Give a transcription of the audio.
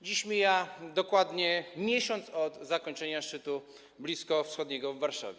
Dziś mija dokładnie miesiąc od zakończenia szczytu bliskowschodniego w Warszawie.